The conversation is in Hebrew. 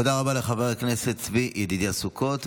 תודה רבה לחבר הכנסת צבי ידידיה סוכות.